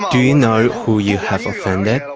you you know who you have offended?